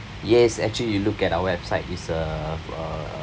yes actually you look at our website it's uh uh